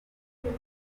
bamwe